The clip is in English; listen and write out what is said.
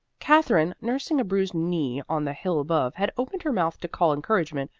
katherine, nursing a bruised knee on the hill above, had opened her mouth to call encouragement,